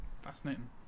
Fascinating